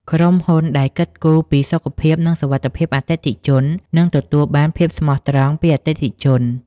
ក្រុមហ៊ុនដែលគិតគូរពីសុខភាព និងសុវត្ថិភាពអតិថិជន នឹងទទួលបាន ភាពស្មោះត្រង់ ពីអតិថិជន។